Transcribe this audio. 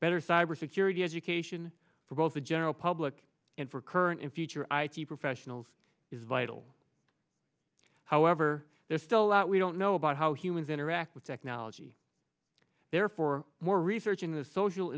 better cyber security education for both the general public and for current and future ip professionals is vital however there's still a lot we don't know about how humans interact with technology therefore more research in the social